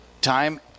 Time